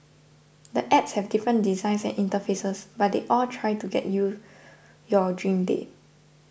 the apps have different designs and interfaces but they all try to get you your dream date